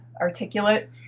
articulate